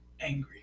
angry